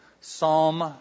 Psalm